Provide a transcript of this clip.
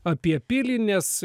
apie pilį nes